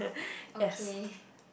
okay